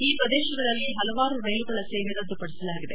ಈ ಪ್ರದೇಶಗಳಲ್ಲಿ ಹಲವಾರು ರೈಲುಗಳ ಸೇವೆ ರದ್ದುಪಡಿಸಲಾಗಿದೆ